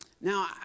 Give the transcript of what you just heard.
Now